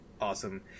awesome